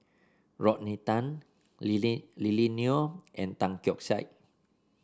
Rodney Tan Lily Lily Neo and Tan Keong Saik